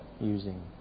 using